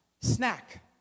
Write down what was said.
snack